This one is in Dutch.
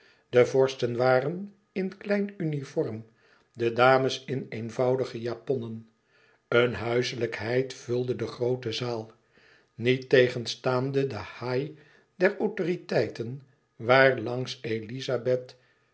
de vorsten waren in klein uniform de dames in eenvoudige japonnen een huiselijkheid vulde de groote zaal niettegenstaande de haie der autoriteiten waarlangs elizabeth